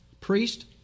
priest